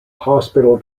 hospital